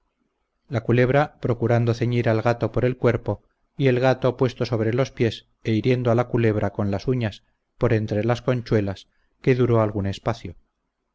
la culebra procurando ceñir al gato por el cuerpo y el gato puesto sobre los pies e hiriendo a la culebra con las uñas por entre las conchuelas que duró algún espacio